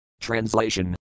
Translation